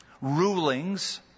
rulings